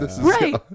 Right